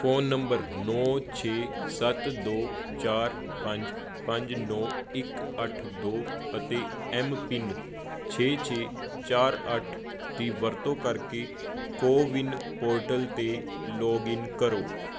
phone number ਨੌ ਛੇ ਸੱਤ ਦੋ ਚਾਰ ਪੰਜ ਪੰਜ ਨੌ ਇੱਕ ਅੱਠ ਦੋ ਅਤੇ ਐੱਮ ਪਿੰਨ ਛੇ ਛੇ ਚਾਰ ਅੱਠ ਦੀ ਵਰਤੋਂ ਕਰਕੇ ਕੋਵਿਨ ਪੋਰਟਲ 'ਤੇ ਲੌਗਇਨ ਕਰੋ